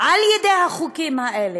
על ידי החוקים האלה.